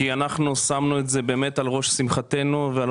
כי אנחנו שמנו באמת על ראש שמחתנו ועל